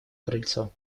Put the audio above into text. крыльцо